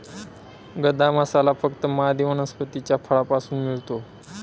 गदा मसाला फक्त मादी वनस्पतीच्या फळापासून मिळतो